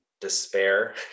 despair